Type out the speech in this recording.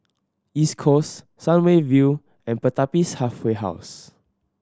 East Coast Sun Way View and Pertapis Halfway House